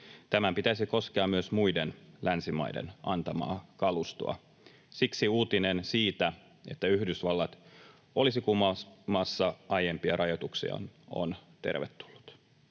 Tämän pitäisi koskea myös muiden länsimaiden antamaa kalustoa. Siksi uutinen siitä, että Yhdysvallat olisi kumoamassa aiempia rajoituksiaan, on tervetullut.